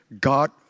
God